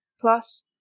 Plus